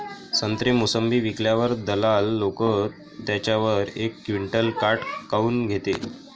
संत्रे, मोसंबी विकल्यावर दलाल लोकं त्याच्यावर एक क्विंटल काट काऊन घेते?